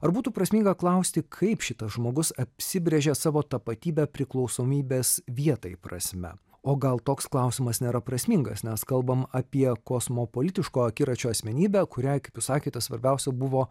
ar būtų prasminga klausti kaip šitas žmogus apsibrėžė savo tapatybę priklausomybės vietai prasme o gal toks klausimas nėra prasmingas nes kalbam apie kosmopolitiško akiračio asmenybę kuriai kaip jūs sakėte svarbiausia buvo